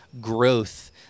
growth